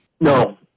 No